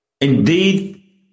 Indeed